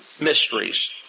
mysteries